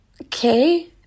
Okay